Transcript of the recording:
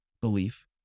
belief